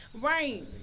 Right